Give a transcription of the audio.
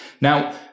Now